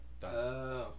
done